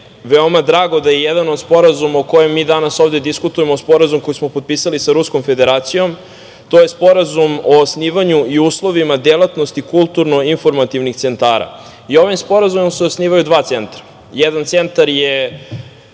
veoma drago da je jedan od sporazuma o kojem mi danas ovde diskutujemo Sporazum koji smo potpisali sa Ruskom Federacijom. To je Sporazum o osnivanju i uslovima delatnosti kulturno-informativnih centara. Ovim sporazumom se osnivaju dva centra. Jedan centar je